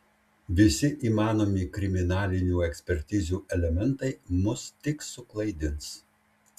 visi įmanomi kriminalinių ekspertizių elementai mus tik suklaidins